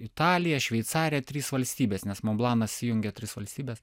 italija šveicarija trys valstybės nes monblanas jungia tris valstybes